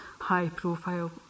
high-profile